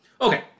Okay